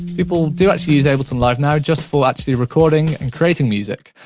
people do actually use ableton live now just for actually recording and creating music.